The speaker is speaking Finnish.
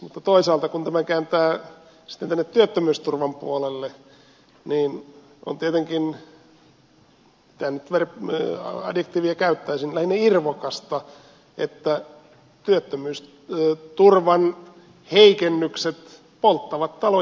mutta toisaalta kun tämän kääntää sitten tänne työttömyysturvan puolelle on tietenkin mitä adjektiivia nyt käyttäisin lähinnä irvokasta että työttömyysturvan heikennykset polttavat taloja juankoskella